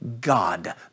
God